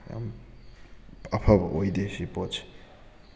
ꯌꯥꯝ ꯑꯐꯕ ꯑꯣꯏꯗꯦ ꯁꯤ ꯄꯣꯠꯁꯦ